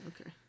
okay